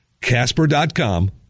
Casper.com